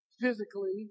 physically